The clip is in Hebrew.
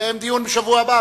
נקיים דיון בשבוע הבא,